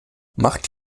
macht